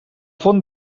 font